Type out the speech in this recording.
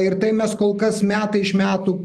ir tai mes kol kas metai iš metų